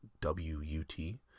w-u-t